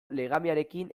legamiarekin